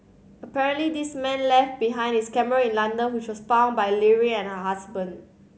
apparently this man left behind his camera in London which was found by Leary and her husband